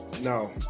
No